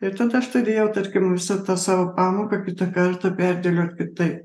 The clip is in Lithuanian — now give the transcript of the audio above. ir tada aš turėjau tarkim visą tą savo pamoką kitą kartą perdėliot kitaip